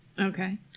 Okay